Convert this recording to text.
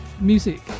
Music